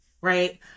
right